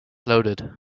loaded